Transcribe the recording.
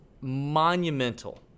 monumental